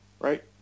right